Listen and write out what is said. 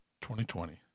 2020